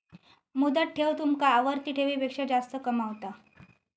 मुदत ठेव तुमका आवर्ती ठेवीपेक्षा जास्त कमावता